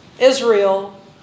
Israel